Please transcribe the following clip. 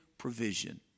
Provision